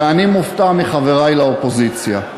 ואני מופתע מחברי לאופוזיציה.